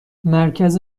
مرکز